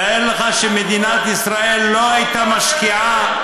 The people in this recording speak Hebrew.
תאר לך שמדינת ישראל לא הייתה משקיעה,